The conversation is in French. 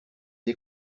des